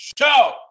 show